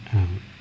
out